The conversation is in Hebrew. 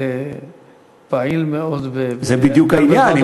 פעיל מאוד, זה בדיוק העניין.